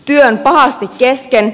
työ on pahasti kesken